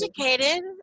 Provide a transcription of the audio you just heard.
educated